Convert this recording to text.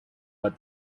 but